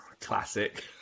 Classic